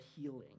healing